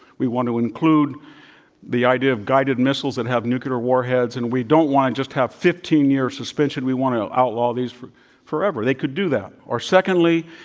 we want to include the idea of guided missiles that have nuclear warheads, and we don't want to just have fifteen year suspension. we want to outlaw these forever. they could do that. or secondly,